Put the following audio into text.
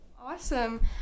Awesome